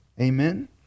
Amen